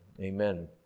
Amen